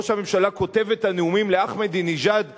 ראש הממשלה כותב את הנאומים לאחמדינג'אד באו"ם?